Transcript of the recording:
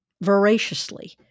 voraciously